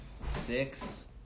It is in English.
six